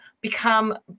become